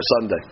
Sunday